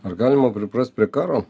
ar galima priprast prie karo